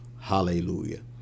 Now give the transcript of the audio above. Hallelujah